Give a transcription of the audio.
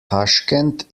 taschkent